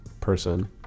person